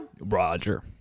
Roger